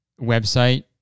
website